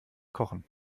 kochen